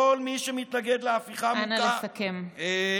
כל מי שמתנגד להפיכה, אנא לסכם.